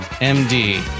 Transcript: M-D